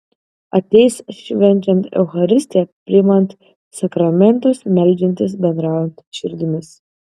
ateis švenčiant eucharistiją priimant sakramentus meldžiantis bendraujant širdimis